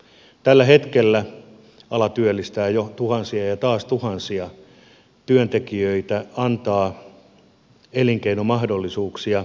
tällä hetkellä ala työllistää jo tuhansia ja taas tuhansia työntekijöitä antaa elinkeinomahdollisuuksia monille yrittäjille